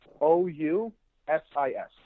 O-U-S-I-S